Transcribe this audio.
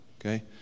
okay